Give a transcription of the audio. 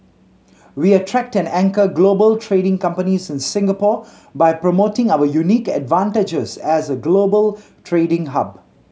we attract and anchor global trading companies in Singapore by promoting our unique advantages as a global trading hub